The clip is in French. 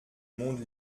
monde